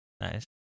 Nice